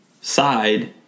side